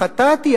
חטאתי,